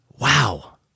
Wow